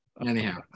Anyhow